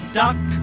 duck